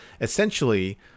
essentially